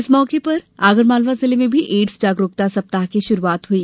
इस मौके पर आगरमालवा जिले में भी एड्स जागरूकता सप्ताह की शुरूआत हुई